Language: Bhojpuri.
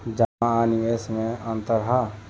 जमा आ निवेश में का अंतर ह?